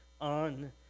on